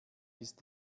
ist